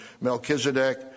Melchizedek